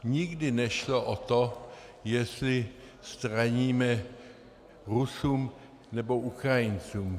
Nikdy nešlo o to, jestli straníme Rusům, nebo Ukrajincům.